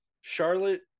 Charlotte